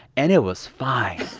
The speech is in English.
and it was fine.